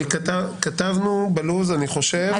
כתבנו בלו"ז אני חושב,